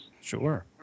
Sure